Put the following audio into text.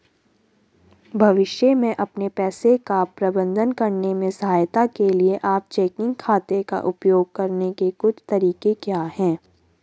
भविष्य में अपने पैसे का प्रबंधन करने में सहायता के लिए आप चेकिंग खाते का उपयोग करने के कुछ तरीके क्या हैं?